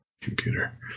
Computer